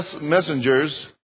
messengers